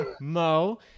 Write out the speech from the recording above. mo